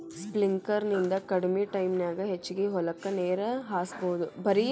sprinkler ನಿಂದ ಕಡಮಿ ಟೈಮನ್ಯಾಗ ಹೆಚಗಿ ಹೊಲಕ್ಕ ನೇರ ಹಾಸಬಹುದು